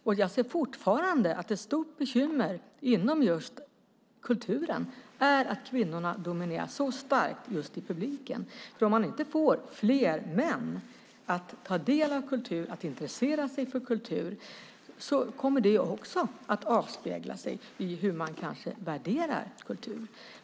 Jag ser det fortfarande som ett stort bekymmer inom kulturen att kvinnorna dominerar så starkt just i publiken. Om vi inte får fler män att ta del av kulturen och intressera sig för kultur kommer det kanske också att avspegla sig i hur man värderar kultur.